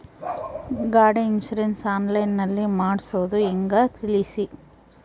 ಗಾಡಿ insurance online ನಲ್ಲಿ ಮಾಡ್ಸೋದು ಹೆಂಗ ತಿಳಿಸಿ?